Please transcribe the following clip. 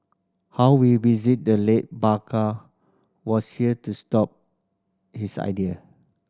how we visit the late Barker was here to stop his idea